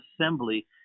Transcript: assembly